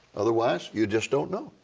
otherwise you just don't know.